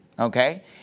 Okay